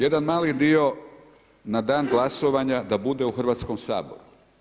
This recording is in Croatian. Jedan mali dio na dan glasovanja da bude u Hrvatskom saboru.